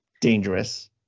dangerous